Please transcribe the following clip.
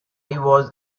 was